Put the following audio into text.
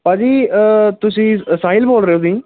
ਭਾਅ ਜੀ ਤੁਸੀਂ ਸਾਹੀਲ ਬੋਲ ਰਹੇ ਹੋ ਤੁਸੀਂ